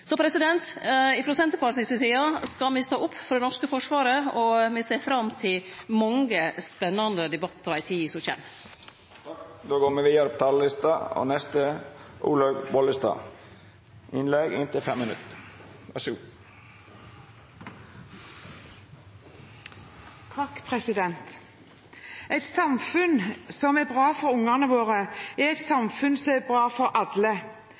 Så frå Senterpartiet si side skal me stå opp for det norske forsvaret, og me ser fram til mange spennande debattar i tida som kjem. Et samfunn som er bra for ungene våre, er et samfunn som er bra for alle.